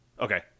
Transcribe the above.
Okay